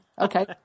Okay